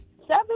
seven